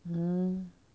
mm